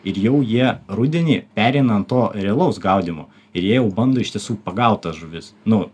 ir jau jie rudenį pereina ant to realaus gaudymo ir jie jau bando iš tiesų pagaut tas žuvis nu